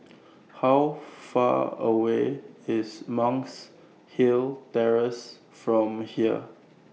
How Far away IS Monk's Hill Terrace from here